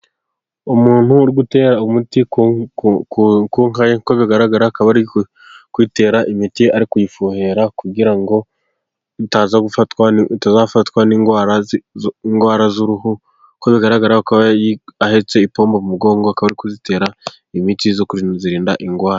Umuntu u gutera umuti ku nka, nk'uko bigaragara, akaba ari kutera imiti, ari kuyifuhera kugira ngo itaza gufatwa, itazafatwa n'indwara, indwara z'uruhu, uko bigaragara ko ahetse ipombo mu mugongo, akaba ari kuzitera imiti, yo kuzirinda indwara.